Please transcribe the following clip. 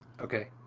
Okay